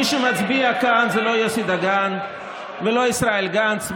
מי שמצביע כאן זה לא יוסי דגן ולא ישראל גנץ,